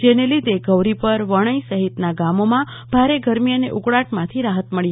જેને લીધે ગૌરીપરવણોઈ સહિતના ગામોમાં ભારે ગરમી અને ઉકળાટ માંથી રાહત મળી હતી